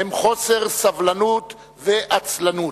הם חוסר סבלנות ועצלנות.